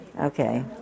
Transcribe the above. Okay